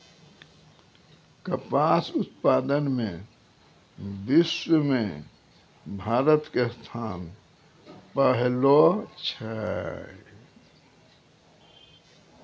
कपास उत्पादन मॅ विश्व मॅ भारत के स्थान पहलो छै